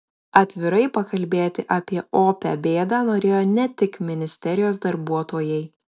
atvirai pakalbėti apie opią bėdą norėjo ne tik ministerijos darbuotojai